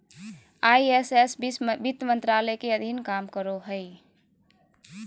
IRS वित्त मंत्रालय के अधीन काम करो हय